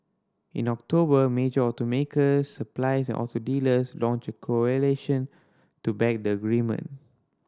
in October major automakers suppliers and auto dealers launched a coalition to back the agreement